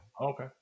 Okay